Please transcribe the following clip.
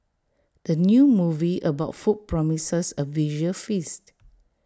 the new movie about food promises A visual feast